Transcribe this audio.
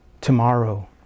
tomorrow